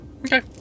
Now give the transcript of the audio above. Okay